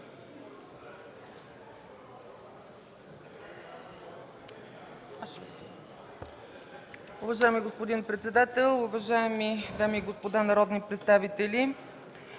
уважаеми господин председател. Уважаеми дами и господа народни представители,